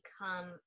become